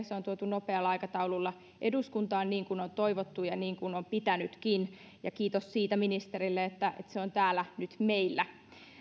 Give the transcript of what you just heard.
se on tuotu nopealla aikataululla eduskuntaan niin kuin toivottu ja niin kuin on pitänytkin ja kiitos siitä ministerille että se on nyt täällä meillä